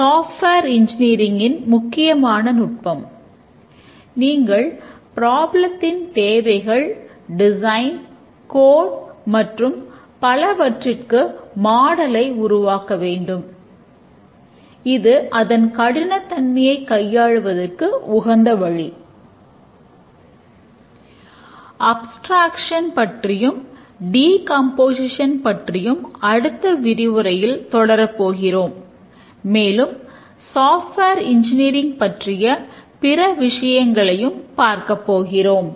ஆகவே D F T எவ்வாறு உபயோகிப்பது என்று பார்ப்போம்